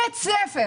בית ספר